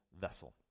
vessel